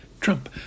Trump